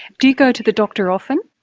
do you go to the doctor often?